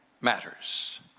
matters